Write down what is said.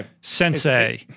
sensei